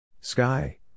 Sky